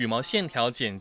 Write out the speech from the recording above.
your most intelligent